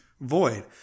void